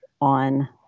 on